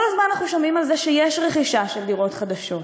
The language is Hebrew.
כל הזמן אנחנו שומעים על זה שיש רכישה של דירות חדשות,